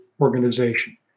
organization